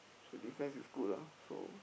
their defense is is good lah so